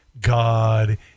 God